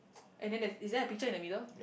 and then there's is there a picture in a middle